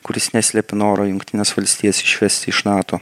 kuris neslėpė noro jungtines valstijas išvesti iš nato